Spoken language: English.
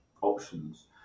options